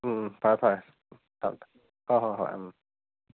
ꯎꯝ ꯐꯔꯦ ꯐꯔꯦ ꯊꯝꯃꯦ ꯊꯝꯃꯦ ꯍꯣꯏ ꯍꯣꯏ ꯍꯣꯏ ꯎꯝ